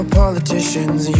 politicians